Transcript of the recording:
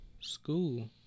school